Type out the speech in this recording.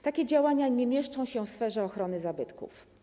Takie działania nie mieszczą się w sferze ochrony zabytków.